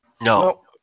no